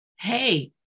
Hey